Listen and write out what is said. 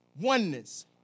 oneness